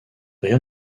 rien